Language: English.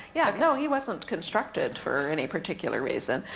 yeah no, he wasn't constructed for any particular reason.